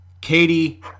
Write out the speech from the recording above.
Katie